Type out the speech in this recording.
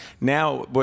now